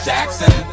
Jackson